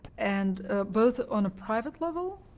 and both on a private level,